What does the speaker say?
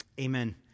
Amen